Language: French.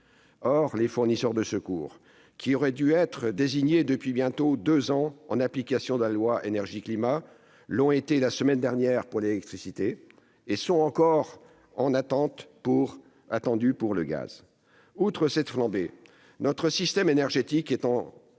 Or les fournisseurs de secours, qui auraient dû être désignés depuis bientôt deux ans, en application de la loi Énergie et climat, l'ont été la semaine dernière pour l'électricité ... Et leur désignation est encore attendue pour le gaz ! Outre cette flambée, notre système énergétique est